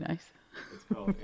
nice